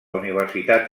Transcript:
universitat